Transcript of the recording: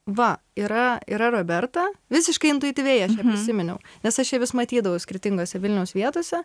va yra yra roberta visiškai intuityviai aš ją prisiminiau nes aš ją vis matydavau skirtingose vilniaus vietose